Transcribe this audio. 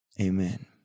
Amen